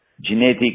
genetic